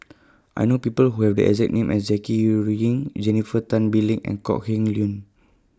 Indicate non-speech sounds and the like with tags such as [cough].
[noise] I know People Who Have The exact name as Jackie Ru Ying Jennifer Tan Bee Leng and Kok Heng Leun